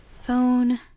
Phone